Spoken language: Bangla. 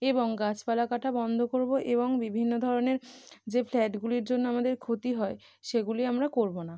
এবং গাছপালা কাটা বন্ধ করবো এবং বিভিন্ন ধরনের যে ফ্ল্যাটগুলির জন্য আমাদের ক্ষতি হয় সেগুলি আমরা করবো না